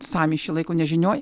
sąmyšį laiko nežinioj